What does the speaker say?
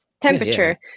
temperature